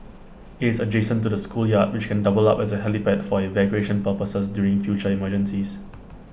IT is adjacent to the schoolyard which can double up as A helipad for evacuation purposes during future emergencies